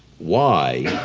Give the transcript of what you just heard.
why,